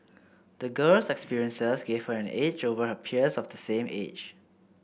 the girl's experiences gave her an edge over her peers of the same age